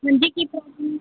ਹਾਂਜੀ ਕੀ ਪ੍ਰੋਬਲਮ